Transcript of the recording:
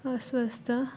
ಅಸ್ವಸ್ಥ